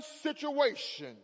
situation